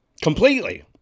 completely